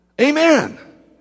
Amen